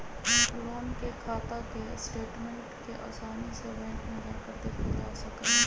loan के खाता के स्टेटमेन्ट के आसानी से बैंक में जाकर देखल जा सका हई